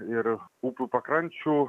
ir upių pakrančių